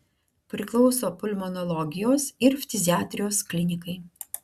priklauso pulmonologijos ir ftiziatrijos klinikai